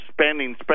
spending